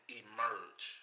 emerge